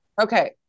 Okay